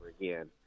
again